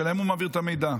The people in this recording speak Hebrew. שלהם הוא מעביר את המידע.